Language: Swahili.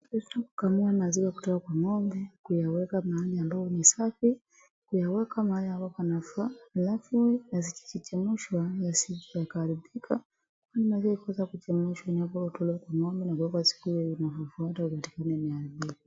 tunaweza kukamua maziwa kutoka kwa ng'ombe kuyaweka mahali ambayo ni safi alafu ikichemhwa isije ikaharibika , kama hii inaweza kuchemshwa inapotolewa kwa ng'ombe